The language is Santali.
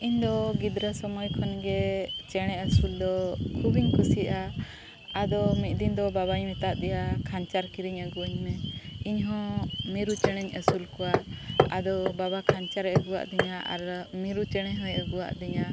ᱤᱧ ᱫᱚ ᱜᱤᱫᱽᱨᱟᱹ ᱥᱩᱢᱟᱹᱭ ᱠᱷᱚᱱ ᱜᱮ ᱪᱮᱬᱮ ᱟᱹᱥᱩᱞ ᱫᱚ ᱠᱷᱩᱵᱤᱧ ᱠᱩᱥᱤᱭᱟᱜᱼᱟ ᱟᱫᱚ ᱢᱤᱫ ᱫᱤᱱ ᱫᱚ ᱵᱟᱵᱟᱧ ᱢᱮᱛᱟᱜ ᱫᱮᱭᱟ ᱠᱷᱟᱱᱪᱟᱨ ᱠᱤᱨᱤᱧ ᱟᱹᱜᱩᱟᱹᱧ ᱢᱮ ᱤᱧ ᱦᱚᱸ ᱢᱤᱨᱩ ᱪᱮᱬᱮᱧ ᱟᱹᱥᱩᱞ ᱠᱚᱣᱟ ᱟᱫᱚ ᱵᱟᱵᱟ ᱠᱷᱟᱱᱪᱟᱨᱮ ᱟᱹᱜᱩᱣᱟᱜ ᱛᱤᱧᱟ ᱟᱨ ᱢᱤᱨᱩ ᱪᱮᱬᱮ ᱦᱚᱸᱭ ᱟᱹᱜᱩᱣᱟᱹᱫᱤᱧᱟᱹ